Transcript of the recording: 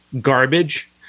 garbage